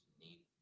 need